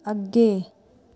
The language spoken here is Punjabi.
ਅੱਗੇ